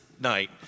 night